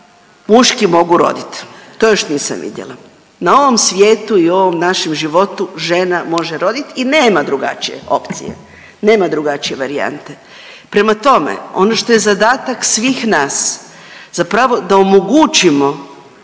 muški mogu roditi, to još nisam vidjela, na ovom svijetu i ovom našem životu, žena može roditi i nema drugačije opcije, nema drugačije varijante. Prema tome, ono što je zadatak svih nas, zapravo, da omogućimo